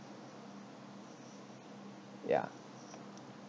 ya